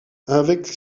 avec